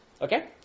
Okay